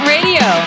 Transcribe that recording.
Radio